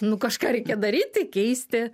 nu kažką reikia daryti keisti